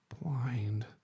Blind